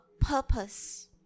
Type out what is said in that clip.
purpose